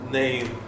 name